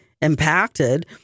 impacted